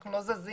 אנחנו לא זזים.